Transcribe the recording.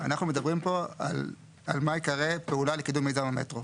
אנחנו מדברים פה על מה ייקרא פעולה לקידום מיזם המטרו.